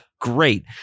great